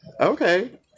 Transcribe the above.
Okay